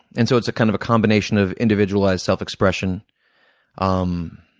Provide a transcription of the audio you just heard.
and so it's a kind of combination of individualized self-expression um